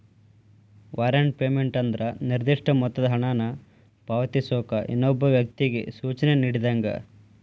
warrant payment ಅಂದ್ರ ನಿರ್ದಿಷ್ಟ ಮೊತ್ತದ ಹಣನ ಪಾವತಿಸೋಕ ಇನ್ನೊಬ್ಬ ವ್ಯಕ್ತಿಗಿ ಸೂಚನೆ ನೇಡಿದಂಗ